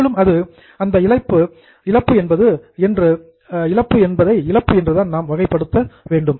மேலும் அது இழப்பு என்று கேட்டகிரைஸ்டு வகைப்படுத்தப்படும்